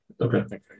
Okay